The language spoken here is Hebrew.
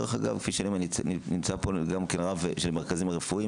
כפי שנמצא פה גם כרב של מרכזים רפואיים